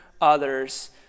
others